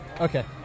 Okay